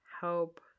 help